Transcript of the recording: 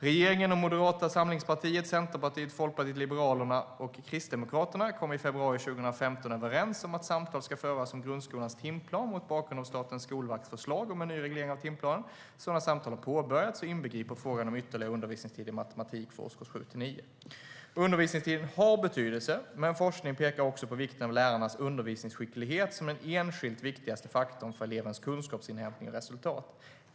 Regeringen och Moderata samlingspartiet, Centerpartiet, Folkpartiet liberalerna och Kristdemokraterna kom i februari 2015 överens om att samtal ska föras om grundskolans timplan mot bakgrund av Statens skolverks förslag om en ny reglering av timplanen. Sådana samtal har påbörjats och inbegriper frågan om ytterligare undervisningstid i matematik för årskurs 7-9. Undervisningstiden har betydelse, men forskning pekar också på vikten av lärarnas undervisningsskicklighet som den enskilt viktigaste faktorn för elevernas kunskapsinhämtning och resultat.